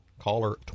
caller